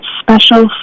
special